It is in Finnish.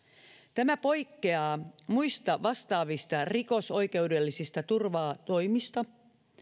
tämä poikkeaa muista vastaavista rikosoikeudellisista turvatoimista